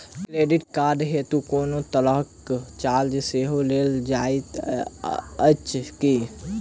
Credit card हेतु कोनो तरहक चार्ज सेहो लेल जाइत अछि की?